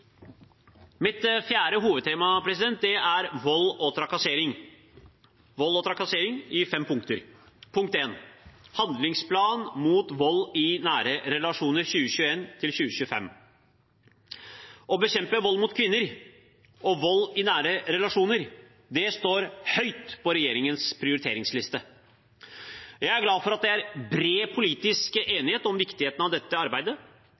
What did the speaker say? Mitt fjerde hovedtema er vold og trakassering, i fem punkter. Punkt 1 er handlingsplanen mot vold i nære relasjoner 2021–2025. Å bekjempe vold mot kvinner og vold i nære relasjoner står høyt på regjeringens prioriteringsliste. Jeg er glad for at det er bred politisk enighet om viktigheten av dette arbeidet.